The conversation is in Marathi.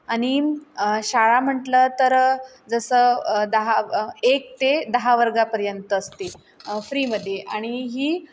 आणि शाळा म्हटलं तर जसं दहा एक ते दहा वर्गापर्यंत असते फ्रीमध्ये आणि ही